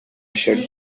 shut